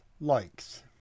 likes